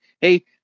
hey